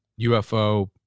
UFO